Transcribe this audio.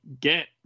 get